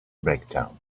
breakdown